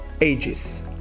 ages